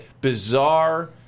bizarre